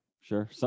sure